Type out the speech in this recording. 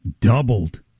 Doubled